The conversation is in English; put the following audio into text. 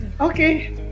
Okay